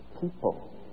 people